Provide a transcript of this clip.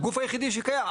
זה הגוף היחידי שקיים.